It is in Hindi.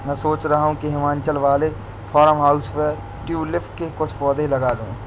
सोच रहा हूं हिमाचल वाले फार्म हाउस पे ट्यूलिप के कुछ पौधे लगा दूं